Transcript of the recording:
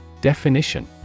Definition